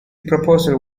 proposal